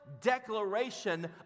declaration